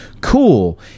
cool